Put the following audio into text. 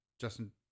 Justin